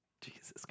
Jesus